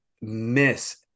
miss